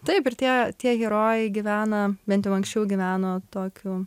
taip ir tie tie herojai gyvena bent jau anksčiau gyveno tokiu